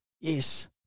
yes